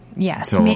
Yes